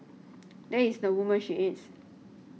that is the woman she is